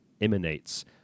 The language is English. emanates